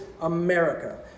America